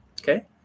okay